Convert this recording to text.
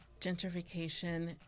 gentrification